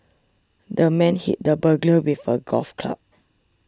the man hit the burglar with a golf club